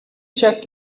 check